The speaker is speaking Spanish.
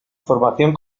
formación